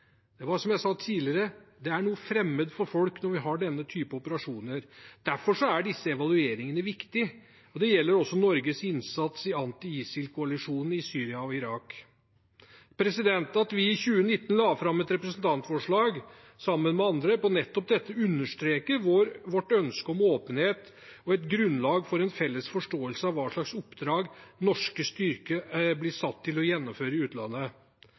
Som jeg sa tidligere: Det er noe fremmed for folk når vi har denne type operasjoner. Derfor er disse evalueringene viktige, og det gjelder også Norges innsats i anti-ISIL-koalisjonen i Syria og Irak. At vi i 2020 la fram et representantforslag sammen med andre om nettopp dette, understreker vårt ønske om åpenhet og et grunnlag for en felles forståelse av hva slags oppdrag norske styrker blir satt til å gjennomføre i utlandet.